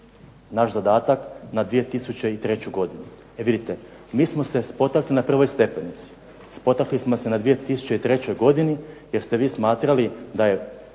naš zadatak na 2003. godinu. Vidite, mi smo se spotakli na prvoj stepenici, spotakli smo se na 2003. godini jer ste vi smatrali da je